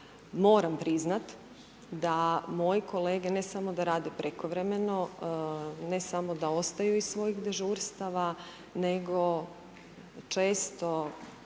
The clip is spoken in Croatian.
moram priznat da moji kolege, ne samo da rade prekovremeno, ne samo da ostaju iza svojih dežurstava, nego često